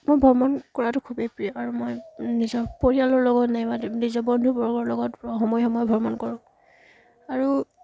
মোৰ ভ্ৰমণ কৰাটো খুবেই প্ৰিয় আৰু মই নিজৰ পৰিয়ালৰ লগত নাইবা নিজৰ বন্ধুবৰ্গৰ লগত সময়ে সময়ে ভ্ৰমণ কৰোঁ আৰু